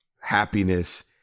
happiness